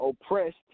oppressed